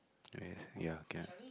i guess ya can